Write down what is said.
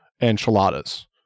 enchiladas